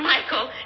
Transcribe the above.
Michael